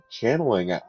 channeling